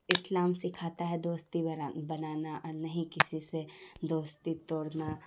اسلام سکھاتا ہے دوستی بنانا اور نہیں کسی سے دوستی توڑنا